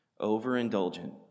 Overindulgent